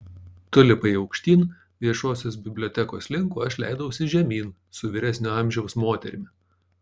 tu lipai aukštyn viešosios bibliotekos link o aš leidausi žemyn su vyresnio amžiaus moterimi